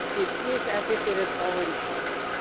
it is as if it has already happened.